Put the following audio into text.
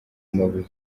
amabuye